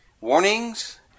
warnings